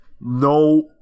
No